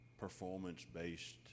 performance-based